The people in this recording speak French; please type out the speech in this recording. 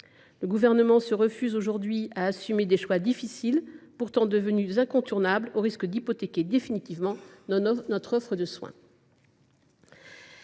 Le Gouvernement se refuse à assumer des choix difficiles, pourtant devenus incontournables, au risque d’hypothéquer définitivement notre offre de soins.